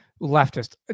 Leftist